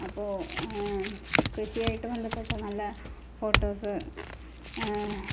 അപ്പോൾ കൃഷിയായിട്ട് ബന്ധപ്പെട്ട നല്ല ഫോട്ടോസ്